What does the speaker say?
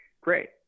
Great